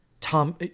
Tom